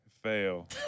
Fail